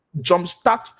jumpstart